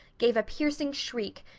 gave a piercing shriek,